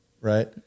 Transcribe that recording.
Right